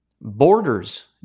borders